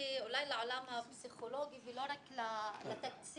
אולי לעולם הפסיכולוגי ולא רק לתקציב.